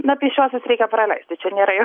na pėsčiuosius reikia praleisti čia nėra